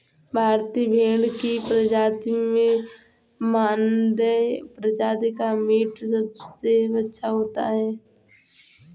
भारतीय भेड़ की प्रजातियों में मानदेय प्रजाति का मीट सबसे अच्छा होता है